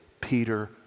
Peter